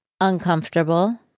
uncomfortable